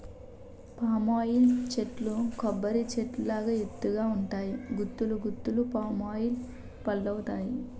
palm oil చెట్లు కొబ్బరి చెట్టు లాగా ఎత్తు గ ఉంటాయి గుత్తులు గుత్తులు పామాయిల్ పల్లువత్తాయి